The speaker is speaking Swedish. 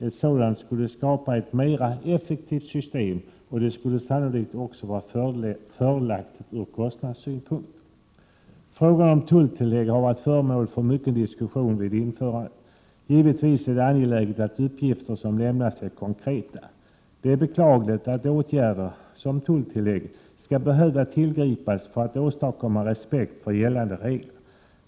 Ett sådant skulle skapa ett mer effektivt system, och det skulle sannolikt också vara fördelaktigt ur kostnadssynpunkt. Frågan om tulltillägg var föremål för mycken diskussion vid införandet. Givetvis är det angeläget att uppgifter som lämnas är konkreta. Det är beklagligt att åtgärder som tulltillägg skall behöva tillgripas för att åstadkomma respekt för gällande regler.